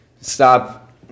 Stop